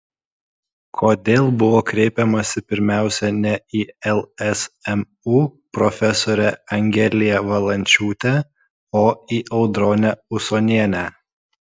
kodėl buvo kreipiamasi pirmiausia ne į lsmu profesorę angeliją valančiūtę o į audronę usonienę